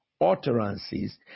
utterances